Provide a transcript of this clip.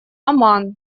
оман